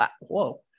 Whoa